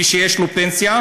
מי שיש לו פנסיה,